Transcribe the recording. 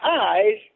eyes